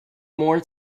more